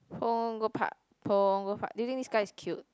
Punggol Park Punggol Park do you think this guy is cute